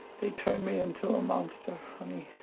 they turned me into a monster, honey.